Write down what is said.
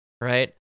right